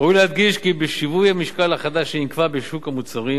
ראוי להדגיש כי בשיווי המשקל החדש שנקבע בשוק המוצרים,